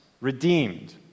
redeemed